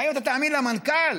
האם אתה תאמין למנכ"ל?